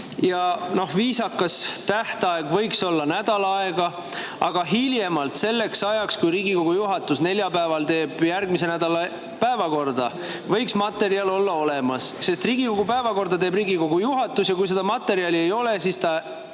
Viisakas tähtaeg võiks olla nädal aega, aga hiljemalt selleks ajaks, kui Riigikogu juhatus teeb neljapäeval järgmise nädala päevakorda, võiks materjal olemas olla. Päevakorda teeb Riigikogu juhatus ja kui seda materjali ei ole, siis oleks